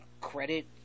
credit